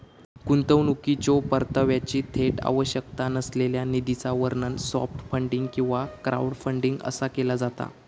गुंतवणुकीच्यो परताव्याची थेट आवश्यकता नसलेल्या निधीचा वर्णन सॉफ्ट फंडिंग किंवा क्राऊडफंडिंग असा केला जाता